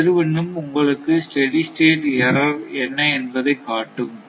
அதிர்வெண்ணும் உங்களுக்கு steady state error என்ன என்பதை காட்டும்